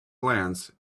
glance